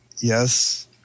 Yes